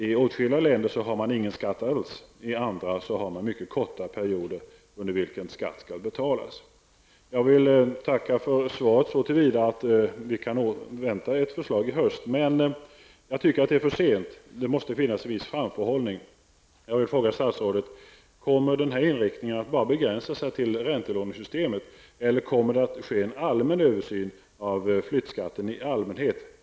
I åtskilliga länder har man ingen skatt alls, och i andra länder skall skatt betalas vid innehav under mycket korta perioder. Jag vill tacka för svaret så till vida att vi kan förvänta oss ett förslag i höst, men jag anser att det är för sent. Det måste finnas en viss framförhållning. Jag vill fråga statsrådet: Kommer denna översyn att begränsa sig enbart till räntelånesystemet, eller kommer det att ske en översyn av flyttskatten i allmänhet?